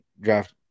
draft